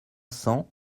cents